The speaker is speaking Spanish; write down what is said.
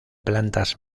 plantas